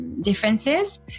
differences